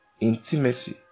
Intimacy